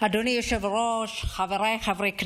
אדוני היושב-ראש, חבריי חברי הכנסת,